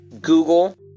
Google